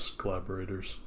collaborators